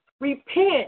Repent